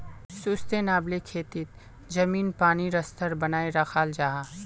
sustainable खेतित ज़मीनी पानीर स्तर बनाए राखाल जाहा